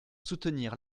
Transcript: soutenir